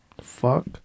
Fuck